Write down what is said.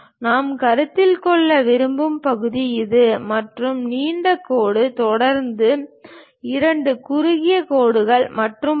நாம் கருத்தில் கொள்ள விரும்பும் பகுதி இது மற்றும் நீண்ட கோடு தொடர்ந்து இரண்டு குறுகிய கோடுகள் மற்றும் பல